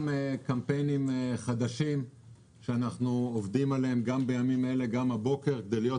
קמפיינים חדשים שאנחנו עובדים עליהם בימים אלה וגם הבוקר כדי להיות